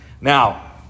Now